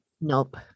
Nope